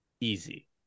easy